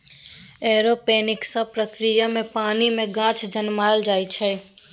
aeroponics प्रक्रिया मे पानि मे गाछ जनमाएल जाइ छै